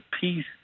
peace